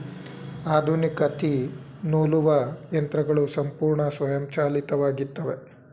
ಆಧುನಿಕ ತ್ತಿ ನೂಲುವ ಯಂತ್ರಗಳು ಸಂಪೂರ್ಣ ಸ್ವಯಂಚಾಲಿತವಾಗಿತ್ತವೆ